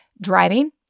driving